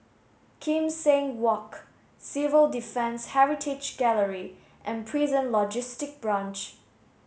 Kim Seng Walk Civil Defence Heritage Gallery and Prison Logistic Branch